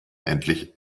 endlich